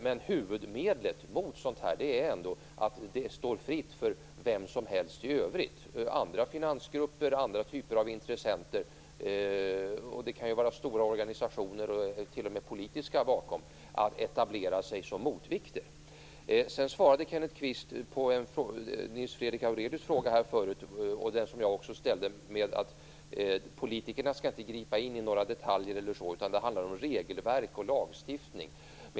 Men huvudmedlet mot sådana risker är ändå att det står fritt för vem som helst i övrigt - andra finansgrupper, andra typer av intressenter såsom stora organisationer och t.o.m. politiska sådana - att etablera sig som motvikter. Kenneth Kvist svarade på Nils Fredrik Aurelius fråga, en fråga som jag också ställde, med att politikerna inte skall gripa in i några detaljer utan att det handlar om regelverk och lagstiftning.